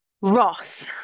ross